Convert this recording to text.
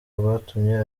rwatumye